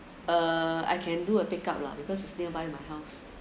uh I can do a pick up lah because is nearby mah